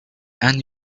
and